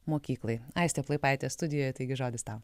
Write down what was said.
mokyklai aistė plaipaitė studijoje taigi žodis tau